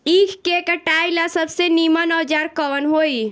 ईख के कटाई ला सबसे नीमन औजार कवन होई?